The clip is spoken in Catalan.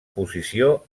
posició